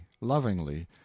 lovingly